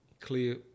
clear